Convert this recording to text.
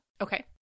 Okay